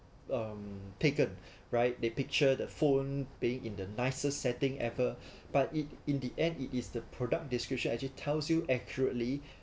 um taken right they picture the phone paying in the nicer setting ever but it in the end it is the product description actually tells you accurately